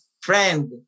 friend